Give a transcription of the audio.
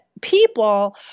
people